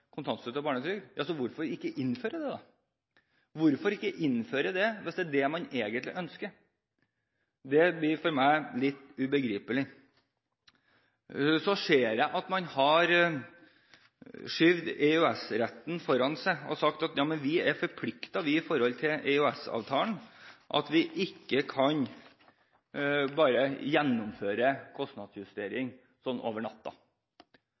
hvorfor ikke da innføre det? Hvorfor ikke innføre det, hvis det er det man egentlig ønsker? Dette blir for meg litt ubegripelig. Så ser jeg at man har skjøvet EØS-retten foran seg. Man har sagt at vi er forpliktet gjennom EØS-avtalen, og at vi ikke bare kan gjennomføre en kostnadsjustering over natta.